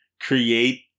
create